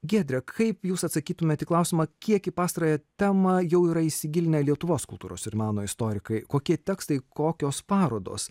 giedre kaip jūs atsakytumėte į klausimą kiek į pastarąją temą jau yra įsigilinę lietuvos kultūros ir meno istorikai kokie tekstai kokios parodos